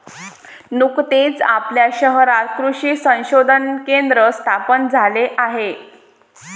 नुकतेच आपल्या शहरात कृषी संशोधन केंद्र स्थापन झाले आहे